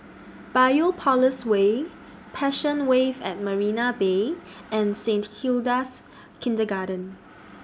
Biopolis Way Passion Wave At Marina Bay and Saint Hilda's Kindergarten